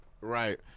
Right